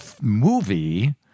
movie